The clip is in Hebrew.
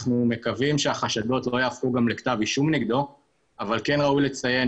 אנחנו מקווים שהחשדות לא יהפכו לכתב אישום נגדו אבל כן ראוי לציין